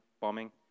bombing